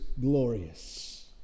glorious